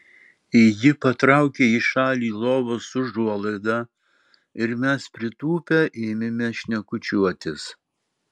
ji patraukė į šalį lovos užuolaidą ir mes pritūpę ėmėme šnekučiuotis